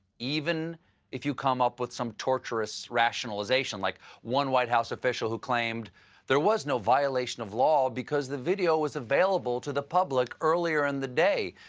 even if you come up with some torturous rationalization like one white house official claimed there was no violation of law because the video was available to the public earlier in the day,